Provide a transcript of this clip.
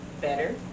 better